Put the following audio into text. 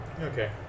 Okay